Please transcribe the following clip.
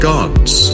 Gods